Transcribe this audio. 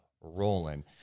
rolling